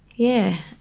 yeah,